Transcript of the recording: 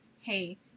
Hey